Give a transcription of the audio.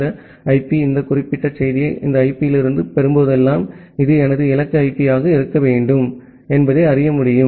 இந்த ஐபி இந்த குறிப்பிட்ட செய்தியை இந்த ஐபியிலிருந்து பெறும்போதெல்லாம் இது எனது இலக்கு ஐபியாக இருக்க வேண்டும் என்பதை அறிய முடியும்